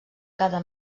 cada